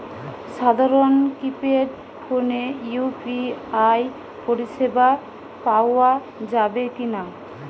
সাধারণ কিপেড ফোনে ইউ.পি.আই পরিসেবা পাওয়া যাবে কিনা?